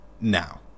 Now